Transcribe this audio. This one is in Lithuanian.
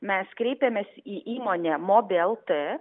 mes kreipėmės į įmonę mobi lt